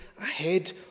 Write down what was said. ahead